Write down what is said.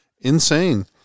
Insane